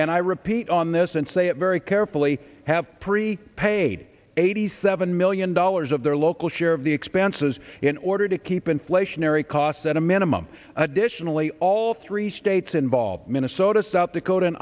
and i repeat on this and say it very carefully have pre paid eighty seven million dollars of their local share of the expenses in order to keep inflationary costs at a minimum additionally all three states involved minnesota south dakota